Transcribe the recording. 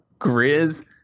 grizz